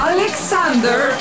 Alexander